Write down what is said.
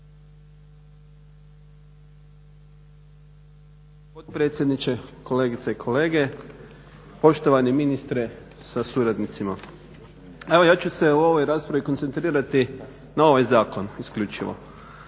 potpredsjedniče, kolegice i kolege, poštovani ministre sa suradnicima. Evo ja ću se u ovoj raspravi koncentrirati na ovaj zakon isključivo.